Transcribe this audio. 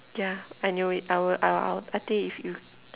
yeah I knew it I will I I think if you